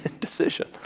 decision